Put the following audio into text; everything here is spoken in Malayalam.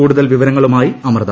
കൂടുതൽ വിവരങ്ങളുമായി അമൃത